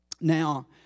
Now